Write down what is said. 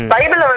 Bible